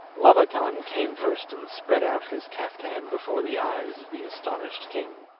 labakan came first and spread out his kaftan before the eyes of the astonished king.